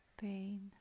pain